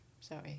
sorry